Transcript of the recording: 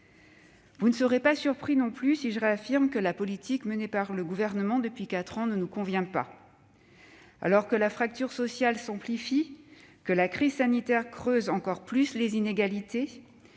Vous ne serez pas surpris non plus si je réaffirme que la politique menée par le Gouvernement depuis quatre ans ne nous convient pas. Alors que la fracture sociale s'amplifie, que la crise sanitaire creuse encore plus les inégalités